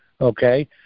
okay